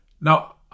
Now